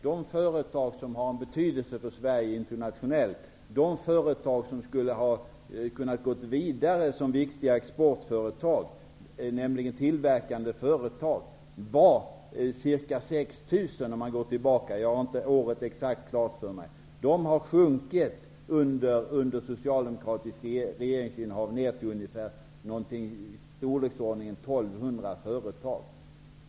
Herr talman! Jag skall fatta mig kort. Antalet företag som har betydelse för Sverige internationellt, antalet företag som skulle ha kunnat gå vidare som viktiga exportföretag, nämligen tillverkande företag, har under socialdemokratiskt regeringsinnehav sjunkit från ca 6 000 till omkring 1 200.